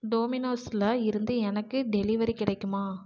டோமினோஸில் இருந்து எனக்கு டெலிவரி கிடைக்குமா